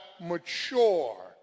mature